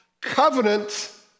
covenant